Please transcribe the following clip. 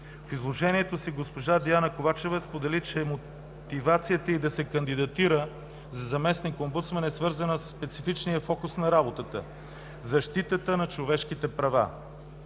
В изложението си госпожа Диана Ковачева сподели, че мотивацията й да се кандидатира за заместник омбудсман е свързана със специфичния фокус на работата – защитата на човешките права